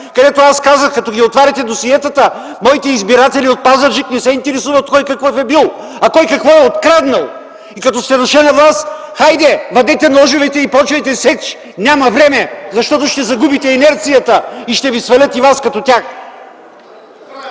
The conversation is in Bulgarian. където аз казах: „Като ги отваряте досиетата, моите избиратели от Пазарджик не се интересуват кой какъв е бил, а кой какво е откраднал”. И като сте дошли на власт, хайде, вадете ножовете и почвайте сеч! Няма време, защото ще загубите инерцията и ще ви свалят и вас като тях.